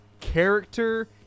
character